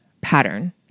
pattern